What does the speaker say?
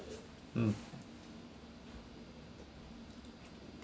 mm